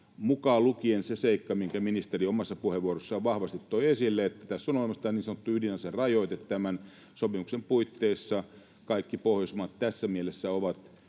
mukaan lukien se seikka, minkä ministeri omassa puheenvuorossaan vahvasti toi esille, että tässä on olemassa tämä niin sanottu ydinaserajoite tämän sopimuksen puitteissa. Kaikki Pohjoismaat tässä mielessä ovat